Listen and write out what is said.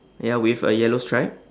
ya with a yellow stripe